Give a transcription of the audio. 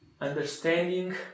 understanding